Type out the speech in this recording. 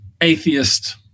atheist